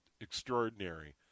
extraordinary